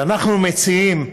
"אנחנו מציעים".